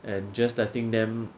and just letting them